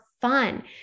fun